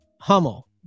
Hummel